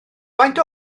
faint